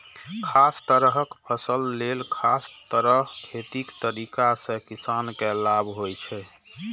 खास तरहक फसल लेल खास तरह खेतीक तरीका सं किसान के लाभ होइ छै